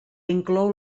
inclou